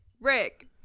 Rick